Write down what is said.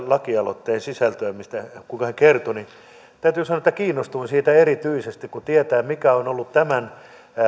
lakialoitteen sisältöä kun hän siitä kertoi niin täytyy sanoa että kiinnostuin siitä erityisesti kun tietää mikä on ollut tämän